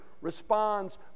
responds